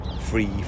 free